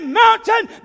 mountain